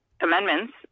amendments